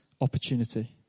opportunity